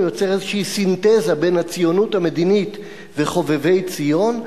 הוא יוצר איזושהי סינתזה בין הציונות המדינית ל"חובבי ציון".